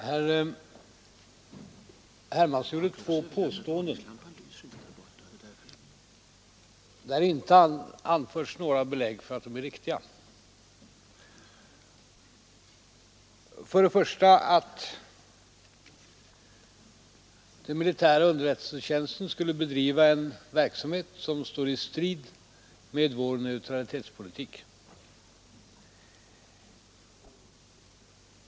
Herr talman! Herr Hermansson gjorde två påståenden. Det har inte anförts några belägg för att de är riktiga. Det första påståendet var att den militära underrättelsetjänsten skulle bedriva en verksamhet som står i strid med vår neutralitetspolitik.